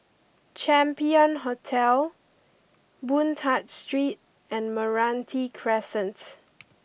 Champion Hotel Boon Tat Street and Meranti Crescent